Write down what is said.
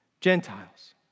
Gentiles